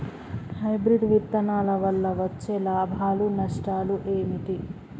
Hybrid విత్తనాల వల్ల వచ్చే లాభాలు నష్టాలు ఏమిటి?